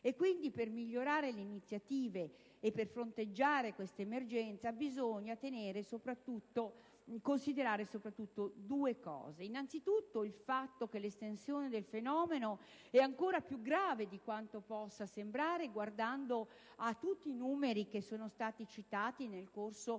Quindi per migliorare le iniziative e per fronteggiare l'emergenza bisogna considerare soprattutto due cose: innanzitutto il fatto che l'estensione del fenomeno è ancora più grave di quanto possa sembrare guardando a tutti i numeri citati nel corso